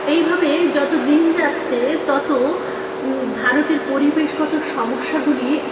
এইভাবে যতো দিন যাচ্ছে তত ভারতের পরিবেশগত সমস্যাগুলি